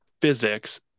physics